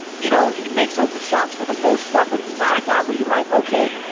you know, he makes open shots for the most part, but he's not a guy. would you like ok.